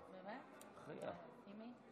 חבריי חברי הכנסת,